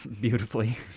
beautifully